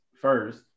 First